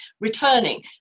returning